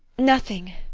nothing.